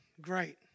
great